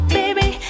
baby